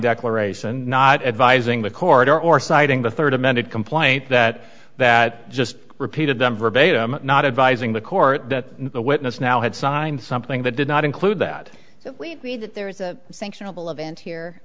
declaration not advising the corridor or citing the third amended complaint that that just repeated them verbatim not advising the court that the witness now had signed something that did not include that we see that there is a sanctionable event here